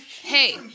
Hey